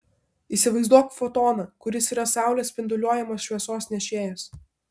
įsivaizduok fotoną kuris yra saulės spinduliuojamos šviesos nešėjas